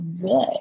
good